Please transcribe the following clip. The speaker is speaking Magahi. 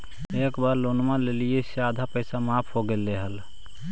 एक बार लोनवा लेलियै से आधा माफ हो गेले हल?